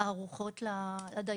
הארוחות לדיירים.